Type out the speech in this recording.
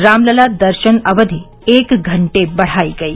रामलला दर्शन अवधि एक घंटे बढ़ायी गई